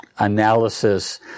Analysis